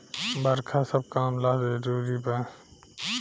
बरखा सब काम ला जरुरी बा